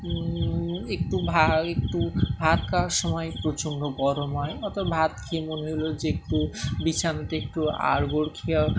একটু ভা একটু ভাত খাওয়ার সময় প্রচণ্ড গরম হয় অথব ভাত খেয়ে মনে হলো যে একটু বিছানাতে একটু আগড় খেয়ে